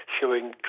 showing